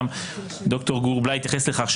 גם ד"ר גור בליי התייחס לכך,